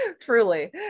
truly